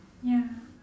ya